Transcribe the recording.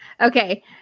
Okay